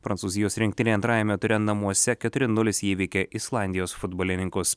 prancūzijos rinktinė antrajame ture namuose keturi nulis įveikė islandijos futbolininkus